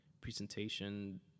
presentation